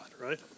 right